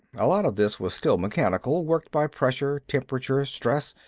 a lot of this was still mechanical, worked by pressure, temperature, stress.